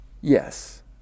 yes